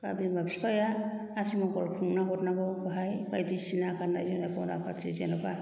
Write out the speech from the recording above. बा बिमा बिफाया आथिमंगल खुंना हरनांगौ बाहाय बायदिसिना गान्नाय जोमनाय गहेना फाथि जेनबा